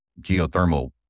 geothermal